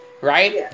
Right